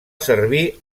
servir